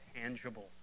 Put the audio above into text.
tangible